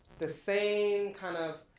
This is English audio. the same kind of,